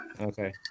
Okay